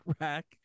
rack